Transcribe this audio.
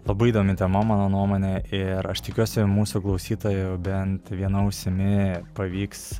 labai įdomi tema mano nuomone ir aš tikiuosi mūsų klausytojų bent viena ausimi pavyks